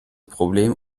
problem